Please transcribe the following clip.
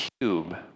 cube